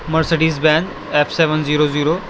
Mercedes van F seven zero zero